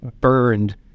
burned